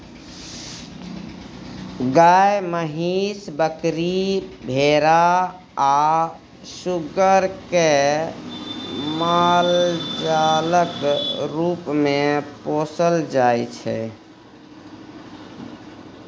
गाय, महीस, बकरी, भेरा आ सुग्गर केँ मालजालक रुप मे पोसल जाइ छै